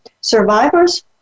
survivors